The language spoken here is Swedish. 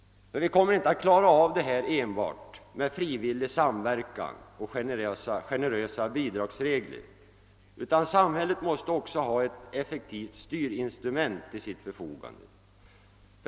Vi kommer nämligen inte att klara av detta enbart genom frivillig samverkan och generösa bidragsregler, utan samhället måste också ha ett effektivt styrinstrument till sitt förfogande.